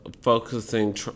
focusing